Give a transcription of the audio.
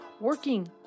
working